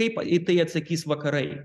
kaip į tai atsakys vakarai